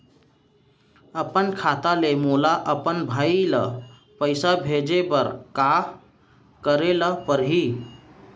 अपन खाता ले मोला अपन भाई ल पइसा भेजे बर का करे ल परही?